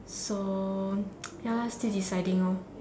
so ya lah still deciding orh